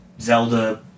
zelda